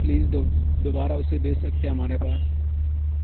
please دو دوبارہ اسے بھیج سکتے ہیں ہمارے پاس